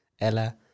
Ella